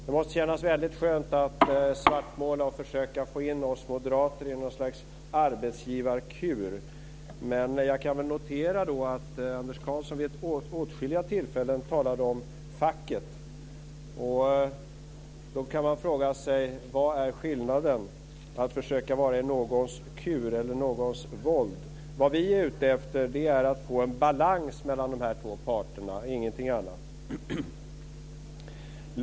Det måste kännas väldigt skönt att svartmåla och försöka få in oss moderater i något slags arbetsgivarkur. Jag kan notera att Anders Karlsson vid åtskilliga tillfällen talade om facket. Då kan man fråga sig vad skillnaden är mellan att vara i någons kur och att vara i någons våld. Vad vi är ute efter är att få en balans mellan de här två parterna, ingenting annat.